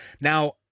now